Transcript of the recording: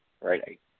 right